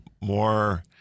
more